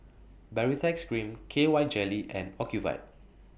Baritex Cream K Y Jelly and Ocuvite